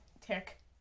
Tick